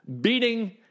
Beating